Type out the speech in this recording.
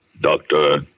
Doctor